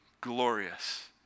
glorious